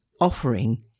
offering